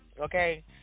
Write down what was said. okay